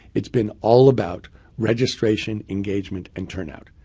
it's been all about registration, engagement, and turnout.